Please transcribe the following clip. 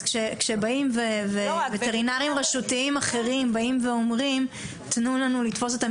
אז כשווטרינרים רשותיים אחרים באים ואומרים 'תנו לנו לתפוס אותם,